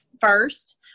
first